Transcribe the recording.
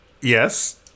yes